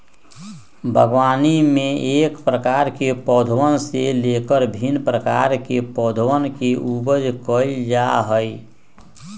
बागवानी में एक प्रकार के पौधवन से लेकर भिन्न प्रकार के पौधवन के उपज कइल जा हई